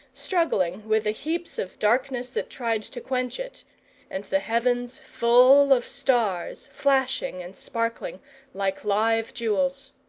struggling with the heaps of darkness that tried to quench it and the heavens full of stars, flashing and sparkling like live jewels.